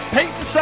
Peyton